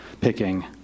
picking